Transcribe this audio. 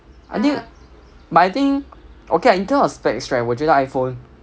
I think but I think okay ah in terms of specs right 我觉得 iphone